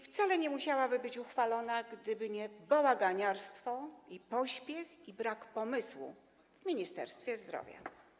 Wcale nie musiałaby być uchwalana, gdyby nie bałaganiarstwo, pośpiech i brak pomysłu w Ministerstwie Zdrowia.